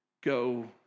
go